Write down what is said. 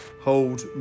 Hold